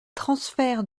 transferts